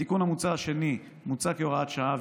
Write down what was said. התיקון המוצע השני מוצע כהוראת שעה,